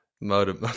Modem